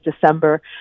December